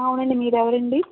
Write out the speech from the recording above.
అవునండీ మీరెవరు అండి